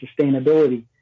sustainability